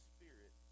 Spirit